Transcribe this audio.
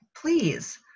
please